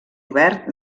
obert